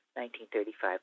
1935